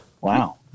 wow